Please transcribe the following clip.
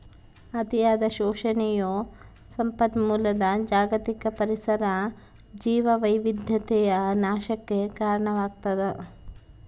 ಅತಿಯಾದ ಶೋಷಣೆಯು ಸಂಪನ್ಮೂಲದ ಜಾಗತಿಕ ಪರಿಸರ ಜೀವವೈವಿಧ್ಯತೆಯ ನಾಶಕ್ಕೆ ಕಾರಣವಾಗ್ತದ